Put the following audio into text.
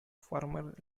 former